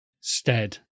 stead